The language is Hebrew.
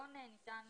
הפיקדון ניתן